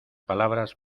palabras